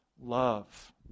love